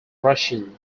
russian